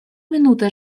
минута